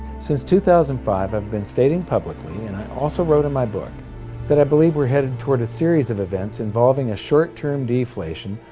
since two thousand and five i've been stating publicly and i also wrote in my book that i believe we're headed toward a series of events involving a short term deflation,